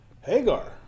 Hagar